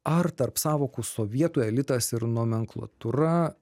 ar tarp sąvokų sovietų elitas ir nomenklatūra